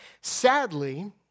sadly